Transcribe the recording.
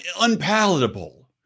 unpalatable